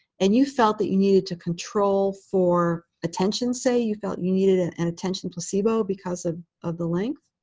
and you felt that you needed to control for attention, say. you felt you needed an and attention placebo because ah of the length.